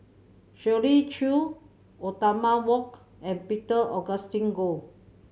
Shirley Chew Othman Wok and Peter Augustine Goh